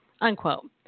unquote